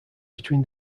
between